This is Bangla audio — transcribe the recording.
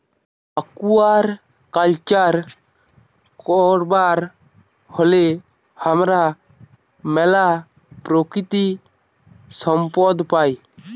আকুয়াকালচার করবার ফলে হামরা ম্যালা প্রাকৃতিক সম্পদ পাই